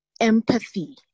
empathy